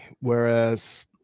whereas